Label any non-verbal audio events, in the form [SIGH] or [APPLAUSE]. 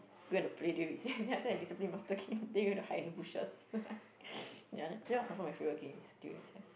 go and play during recess [BREATH] then after that the discipline master came then we went to hide in the bushes [LAUGHS] ya that was also my favourite games during recess